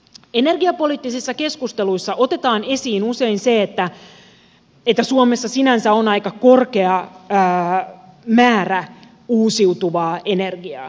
energiapoliittisissa keskusteluissa otetaan esiin usein se että suomessa sinänsä on aika korkea määrä uusiutuvaa energiaa